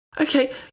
Okay